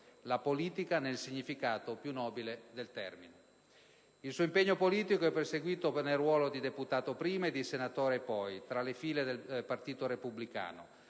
la politica nel significato più nobile del termine. L'impegno politico di Susanna Agnelli è proseguito nel ruolo di deputato prima, e di senatore poi, tra le fila dei Partito Repubblicano,